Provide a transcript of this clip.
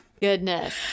Goodness